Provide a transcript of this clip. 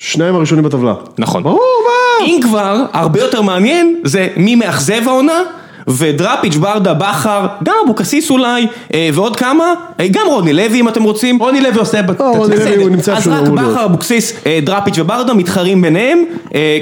שניים הראשונים בטבלה. נכון. ברור, ברור. אם כבר, הרבה יותר מעניין, זה מי מאכזב העונה, ודראפיג' וברדה בחר, גם אבוקסיס אולי, ועוד כמה, גם רוני לוי אם אתם רוצים, רוני לוי עושה בתצווית. רוני לוי הוא נמצא שוב. אז רק בחר, אבוקסיס, דראפיג' וברדה מתחרים ביניהם,